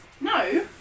No